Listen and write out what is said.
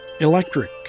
Electric